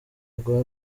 rwa